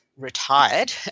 retired